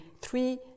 three